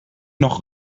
noch